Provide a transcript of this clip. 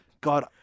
God